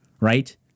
right